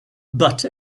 but